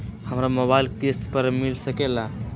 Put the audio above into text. हमरा मोबाइल किस्त पर मिल सकेला?